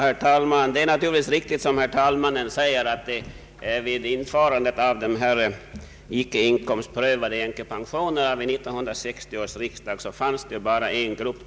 Herr talman! Det är naturligtvis riktigt, som herr förste vice talmannen säger, att före införandet av de icke inkomstprövade änkepensionerna vid 1960 års riksdag fanns det bara en grupp.